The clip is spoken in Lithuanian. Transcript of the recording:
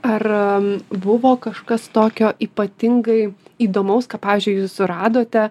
ar buvo kažkas tokio ypatingai įdomaus ką pavyzdžiui jūs suradote